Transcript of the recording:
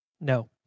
no